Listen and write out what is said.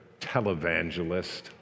televangelist